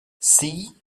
see